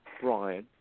Brian